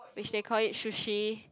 which they called it Sushi